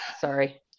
Sorry